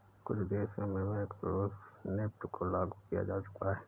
कुछ देशों में मुख्य रूप से नेफ्ट को लागू किया जा चुका है